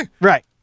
right